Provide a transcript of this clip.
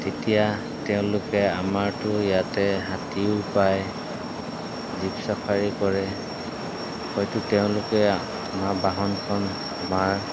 তেতিয়া তেওঁলোকে আমাৰতো ইয়াতে হাতীও পায় জীব চাফাৰী কৰে হয়তো তেওঁলোকে অনা বাহনখন আমাৰ